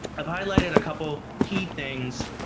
i've highlighted a couple key things